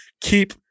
keep